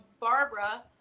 Barbara